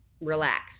relax